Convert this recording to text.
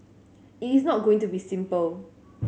it is not going to be simple